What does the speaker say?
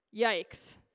Yikes